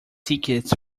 tickets